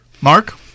Mark